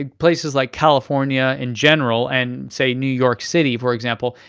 ah places like california in general, and say, new york city, for example,